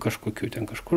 kažkokiu ten kažkur